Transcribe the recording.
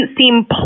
seem